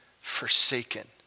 forsaken